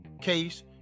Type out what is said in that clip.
case